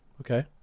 Okay